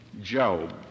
Job